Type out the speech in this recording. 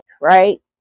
right